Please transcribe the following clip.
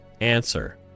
answer